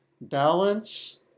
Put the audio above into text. balance